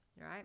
right